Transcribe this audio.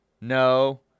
No